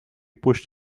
pushed